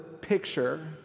picture